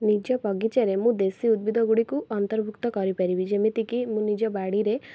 ନିଜ ବଗିଚାରେ ମୁଁ ଦେଶୀ ଉଦ୍ଭିଦ ଗୁଡ଼ିକୁ ଅନ୍ତର୍ଭୁକ୍ତ କରିପାରିବି ଯେମିତିକି ମୁଁ ନିଜ ବାଡ଼ିରେ